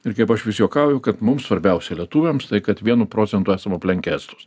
ir kaip aš vis juokauju kad mums svarbiausia lietuviams tai kad vienu procentu esam aplenkę estus